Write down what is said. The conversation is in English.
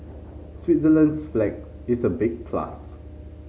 Switzerland's flag is a big plus